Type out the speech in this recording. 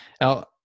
Now